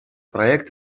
проект